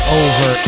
over